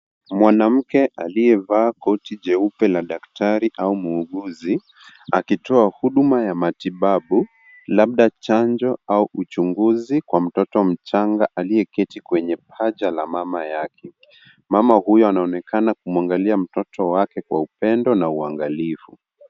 Mwanamke aliyevaa koti jeupe la daktari au muuguzi akitoa huduma ya matibabu labda chanjo au uchunguzi kwa mtoto mchanga aliyeketi kwenye paja la mama yake. Mama huyu anaonekana kumuangalia mtoto wake kwa upendo na uangalifu.